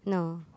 no